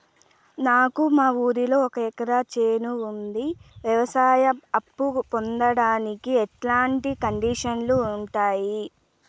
నాకు మా ఊరిలో ఒక ఎకరా చేను ఉంది, వ్యవసాయ అప్ఫు పొందడానికి ఎట్లాంటి కండిషన్లు ఉంటాయి?